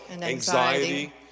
Anxiety